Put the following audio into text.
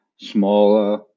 smaller